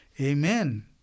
Amen